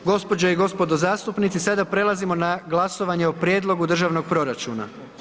Gospođe i gospodo zastupnici sada prelazimo na glasovanje o Prijedlogu državnog proračuna.